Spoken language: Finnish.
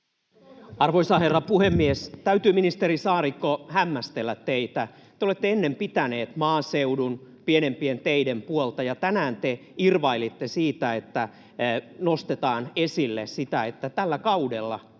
Arvoisa herra puhemies! Täytyy, ministeri Saarikko, hämmästellä teitä. Te olette ennen pitänyt maaseudun ja pienempien teiden puolta, ja tänään te irvailitte siitä, että nostetaan esille sitä, että tällä kaudella